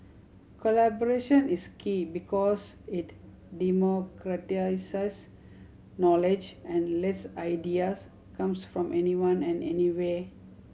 collaboration is key because it democratises knowledge and lets ideas comes from anyone and anywhere